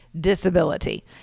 Disability